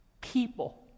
people